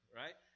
right